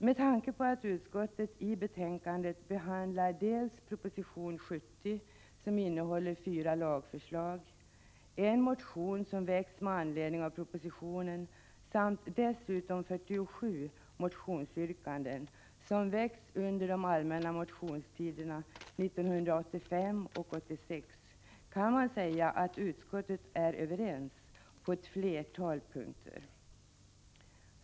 Med tanke på att utskottet i betänkandet behandlar proposition 70, som innehåller fyra lagförslag, en motion som väckts med anledning av propositionen samt 47 yrkanden ur motioner som väckts under den allmänna motionstiden 1985 och 1986, kan man säga att utskottet är överens på ett flertal punkter.